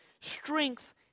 strength